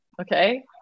Okay